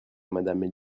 madame